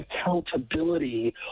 accountability